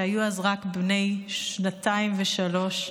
שהיו אז רק בני שנתיים ושלוש.